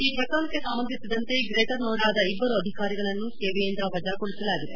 ಈ ಪ್ರಕರಣಕ್ಷೆ ಸಂಬಂಧಿಸಿದಂತೆ ಗ್ರೇಟರ್ ನೊಯ್ಡಾದ ಇಬ್ಲರು ಅಧಿಕಾರಿಗಳನ್ನು ಸೇವೆಯಿಂದ ವಜಾಗೊಳಿಸಲಾಗಿದೆ